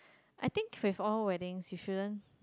I think with all weeding we shouldn't